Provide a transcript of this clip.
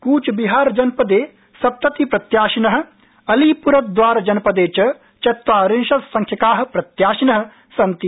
कृचबिहार जनपदे सप्तति प्रत्याशिन अलीपरद्वार जनपदे च चत्वारिशत्संख्याका प्रत्याशिन सन्ति